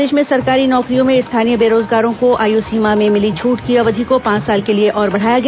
प्रदेश में सरकारी नौकरियों में स्थानीय बेरोजगारों को आयु सीमा में मिली छूट की अवधि को पांच साल के लिए और बढ़ाया गया